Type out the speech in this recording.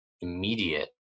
immediate